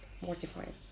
mortifying